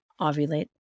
ovulate